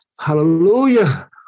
Hallelujah